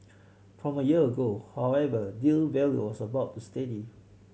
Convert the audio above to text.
from a year ago however deal value was about steady